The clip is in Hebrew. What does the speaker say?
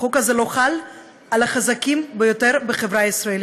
החוק הזה לא חל על החזקים ביותר בחברה הישראלית,